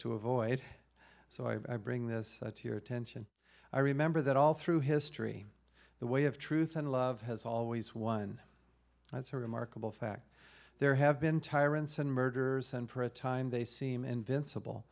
to avoid so i bring this to your attention i remember that all through history the way of truth and love has always won and it's a remarkable fact there have been tyrants and murderers and for a time they seem invincible